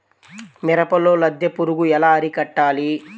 మిరపలో లద్దె పురుగు ఎలా అరికట్టాలి?